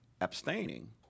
abstaining